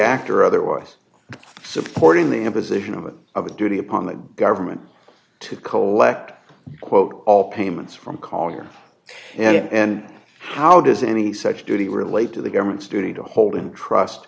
act or otherwise supporting the imposition of a duty upon the government to collect quote all payments from collier and if and how does any such duty relate to the government's duty to hold in trust